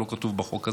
שלא כתוב בחוק הזה.